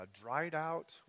dried-out